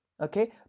okay